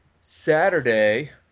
Saturday